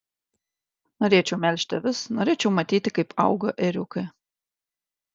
norėčiau melžti avis norėčiau matyti kaip auga ėriukai